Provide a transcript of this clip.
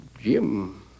Jim